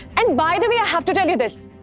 and by the way, i have to tell you this.